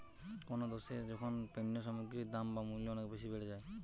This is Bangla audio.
কোনো দ্যাশে যখন পণ্য সামগ্রীর দাম বা মূল্য অনেক বেশি বেড়ে যায়